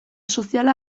soziala